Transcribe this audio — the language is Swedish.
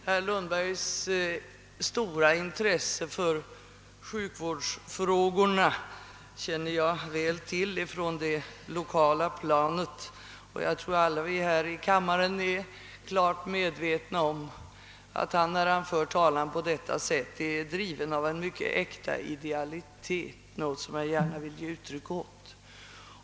Herr Lundbergs stora intresse för sjukvårdsfrågorna känner jag väl till från det lokala planet, och jag tror att alla vi här i kammaren är klart medvetna om att han, när han för talan på detta sätt, är driven av en äkta idealitet. Min uppskattning av den vill jag gärna ge uttryck åt.